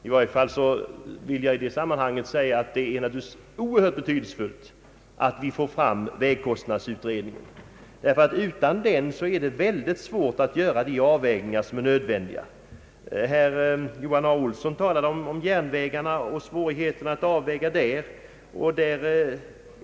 I alla fall vill jag i detta sammanhang säga, att det är oerhört betydelsefullt att vi får fram vägkostnadsutredningen. Utan den är det mycket svårt att göra de avvägningar som är nödvändiga. Herr Johan Olsson talade om järnvägarna och svårigheterna att göra avvägningar där.